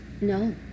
No